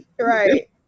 right